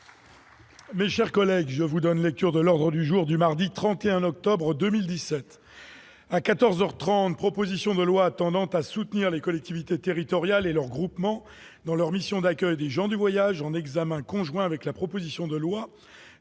Mais, chers collègues, je vous donne lecture de l'ordre du jour du mardi 31 octobre 2017 à 14 heures 30 propositions de loi attendant à soutenir les collectivités territoriales et le regroupement dans leur mission d'accueil des gens du voyage en examen conjoint avec la proposition de loi